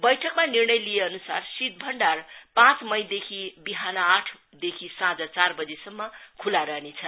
बैठकमा निर्णय लिइए अनुसार शीत भण्डार पाँच मईदेखि बिहान आठदेखि साँझ चारबजेसम्म खुला रहनेछ